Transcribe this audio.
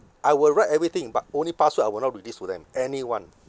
I will write everything but only password I will not release to them anyone